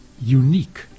unique